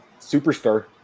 Superstar